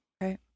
Right